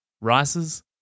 rices